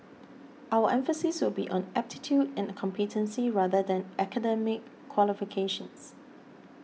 our emphasis will be on aptitude and competency rather than academic qualifications